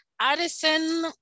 Addison